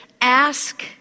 ask